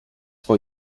for